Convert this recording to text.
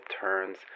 turns